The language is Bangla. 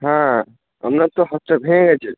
হ্যাঁ আপনার তো হাতটা ভেঙে গেছে